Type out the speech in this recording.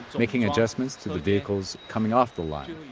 making adjustments to vehicles coming off the line,